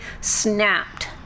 snapped